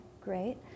great